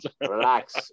Relax